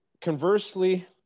conversely